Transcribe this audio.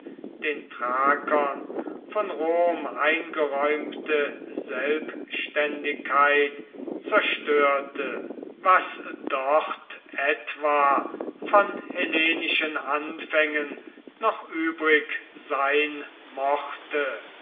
den thrakern von rom eingeräumte selbständigkeit zerstörte was dort etwa von hellenischen anfängen noch übrig sein mochte